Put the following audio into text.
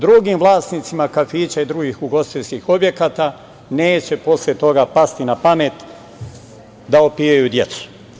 Drugim vlasnicima kafića i drugih ugostiteljskih objekata neće posle toga pasti napamet da opijaju decu.